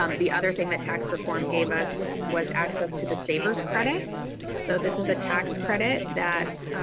um the other thing that tax reform gave us was access to the saver's credit so this is a tax credit that